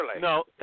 No